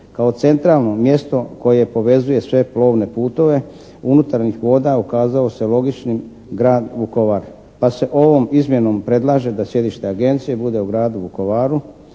Kao centralno mjesto koje povezuje sve plovne putove unutarnjih voda ukazao se logičnim grad Vukovar pa se ovom izmjenom predlaže da sjedište Agencije bude u gradu Vukovaru.